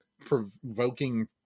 provoking